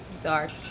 dark